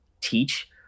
teach